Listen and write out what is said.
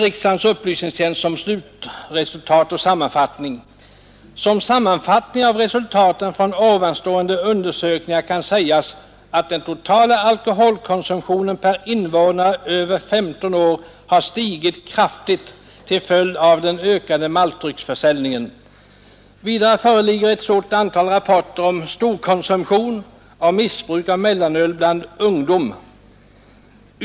Upplysningstjänsten skriver: ”Som sammanfattning av resultaten från ovanstående undersökningar kan sägas att den totala alkoholkonsumtionen per invånare över 15 år har stigit kraftigt till följd av den ökade maltdrycksförsäljningen. Vidare föreligger ett stort antal rapporter om storkonsumtion och missbruk av mellanöl bland ungdom.